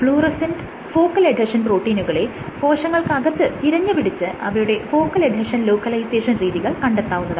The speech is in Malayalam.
ഫ്ളൂറസെന്റ് ഫോക്കൽ എഡ്ഹെഷൻ പ്രോട്ടീനുകളെ കോശങ്ങൾക്കകത്ത് തിരഞ്ഞുപിടിച്ച് അവയുടെ ഫോക്കൽ എഡ്ഹെഷൻ ലോക്കലൈസേഷൻ രീതികൾ കണ്ടെത്താവുന്നതാണ്